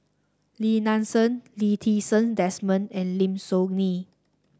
Lim Nang Seng Lee Ti Seng Desmond and Lim Soo Ngee